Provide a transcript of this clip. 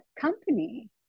company